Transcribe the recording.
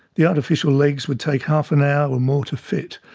the artificial legs would take half an hour or more to fit.